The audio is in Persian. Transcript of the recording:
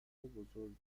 بزرگی